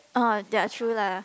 oh ya true lah